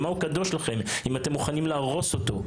במה הוא קדוש לכם אם אתם מוכנים להרוס אותו?